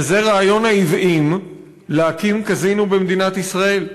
וזה רעיון העוועים להקים קזינו במדינת ישראל.